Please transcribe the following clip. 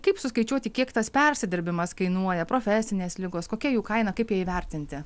kaip suskaičiuoti kiek tas persidirbimas kainuoja profesinės ligos kokia jų kaina kaip įvertinti